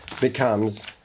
becomes